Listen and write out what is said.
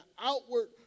outward